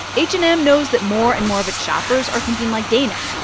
h and m knows that more and more of its shoppers are thinking like dana,